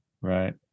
right